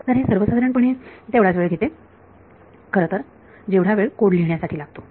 तर हे सर्व साधारणपणे तेवढाच वेळ घेते खरतर जेवढा वेळ कोड लिहिण्यासाठी लागतो